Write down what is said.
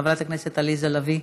חברת הכנסת עליזה לביא,